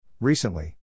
Recently